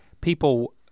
people